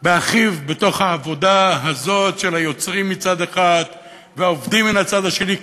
באחיו בתוך העבודה הזאת של היוצרים מצד אחד והעובדים מן הצד השני,